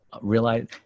realize